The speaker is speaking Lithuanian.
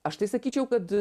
aš tai sakyčiau kad